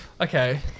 Okay